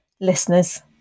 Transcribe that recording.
listeners